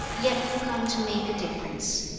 yet you come to make a difference.